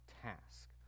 task